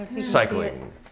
Cycling